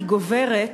היא גוברת,